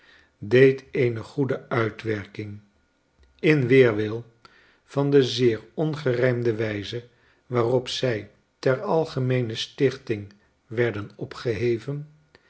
deed eene goede uitwerking in weerwil van de zeer ongeiijmde wijze waarop zij ter algemeene stichting werden opgeheven